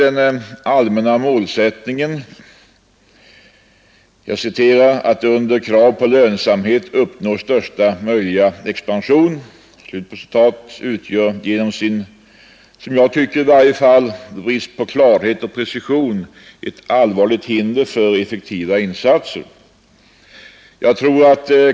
Den allmänna målsättningen ”att under krav på lönsamhet uppnå största möjliga expansion” utgör enligt min mening genom sin brist på klarhet och precision ett allvarligt hinder för effektiva insatser.